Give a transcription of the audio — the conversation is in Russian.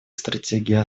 стратегия